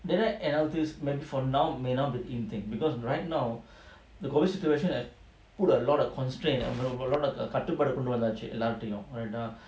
data analytics meant for now may not be in thing because right now the COVID situation err put a lot of constraint and a lot of கட்டுப்பாடுகள்கொண்டுவந்தாச்சுஎல்லோர்கிட்டையும்:kattupadugal kondu vandhachu ellorkitayum or the